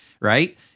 right